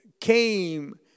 came